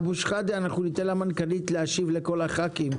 ניתן למנכ"לית להשיב לכל חברי הכנסת.